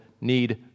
need